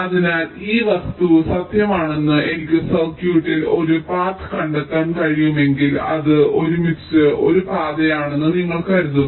അതിനാൽ ഈ വസ്തു സത്യമാണെന്ന് എനിക്ക് സർക്യൂട്ടിൽ ഒരു പാത കണ്ടെത്താൻ കഴിയുമെങ്കിൽ അത് ഒരുമിച്ച് ഒരു പാതയാണെന്ന് നിങ്ങൾ കരുതുന്നു